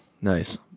nice